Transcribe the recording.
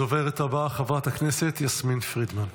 הדוברת הבאה, חברת הכנסת יסמין פרידמן.